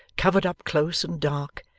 covered up close and dark,